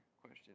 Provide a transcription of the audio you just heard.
question